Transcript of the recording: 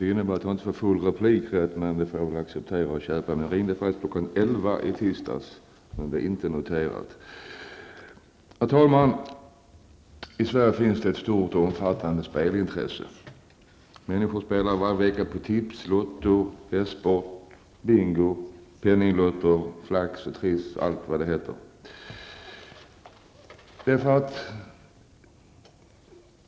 Herr talman! I Sverige finns det ett stort och omfattande spelintresse. Människor spelar varje vecka på tips, lotto, hästsport, bingo, penninglotter, Flax, Triss och allt vad det heter.